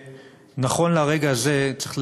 נכון לרגע זה, צריך להבין,